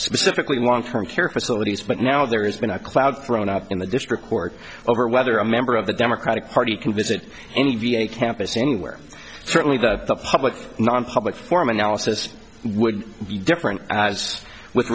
specifically long term care facilities but now there has been a cloud thrown up in the district court over whether a member of the democratic party can visit any v a campus anywhere certainly that the public nonpublic forum analysis would be different as with